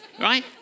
right